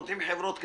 פותחים חברות,